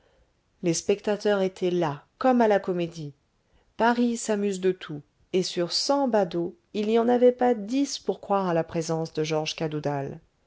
les spectateurs étaient là comme à la comédie paris s'amuse de tout et sur cent badauds il n'y en avait pas dix pour croire à la présence de georges cadoudal